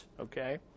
okay